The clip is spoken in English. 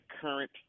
current